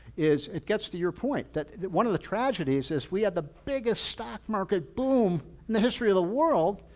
is it gets to your point that one of the tragedies is we had the biggest stock market boom in the history of the world,